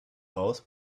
raus